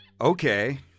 Okay